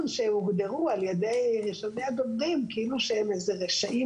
שהוגדרו על ידי ראשוני הדוברים כאילו שהם איזה רשעים